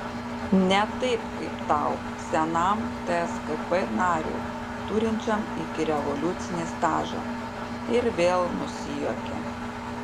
ne taip kaip tau senam tskp nariui turinčiam ikirevoliucinį stažą ir vėl nusijuokė